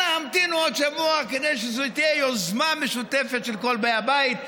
אנא המתינו עוד שבוע כדי שזו תהיה יוזמה משותפת של כל באי הבית,